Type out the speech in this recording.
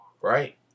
Right